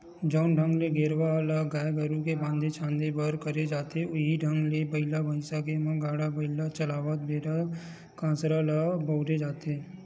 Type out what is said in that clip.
जउन ढंग ले गेरवा ल गाय गरु बांधे झांदे बर करे जाथे इहीं ढंग ले बइला भइसा के म गाड़ा बइला चलावत बेरा कांसरा ल बउरे जाथे